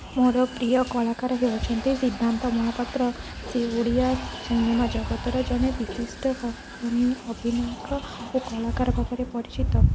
ମୋର ପ୍ରିୟ କଳାକାର ହେଉଛନ୍ତି ସିଦ୍ଧାନ୍ତ ମହାପାତ୍ର ସେ ଓଡ଼ିଆ ସିନେମା ଜଗତରେ ଜଣେ ବିଶିଷ୍ଟ ଅଭିନାୟକ ଓ କଳାକାର ଭାବରେ ପରିଚିତ